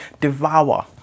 devour